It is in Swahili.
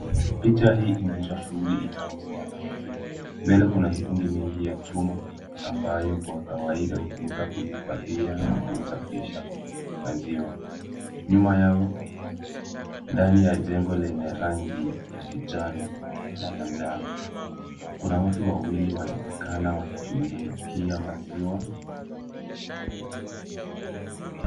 Picha hii inaonyesha shughuli inayohusiana na maziwa. Mbele kuna mitungi mingi ya chuma, ambayo kwa kawaida, hutumika kuhifadhia na kusafirisha maziwa. Nyuma yao, ndani ya jengo lenye rangi ya kijani na manjano, kuna watu wawili wanaoonekana wakishughulikia maziwa.